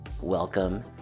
welcome